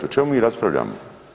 O čemu mi raspravljamo?